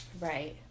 Right